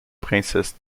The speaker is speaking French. princesses